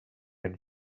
and